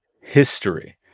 history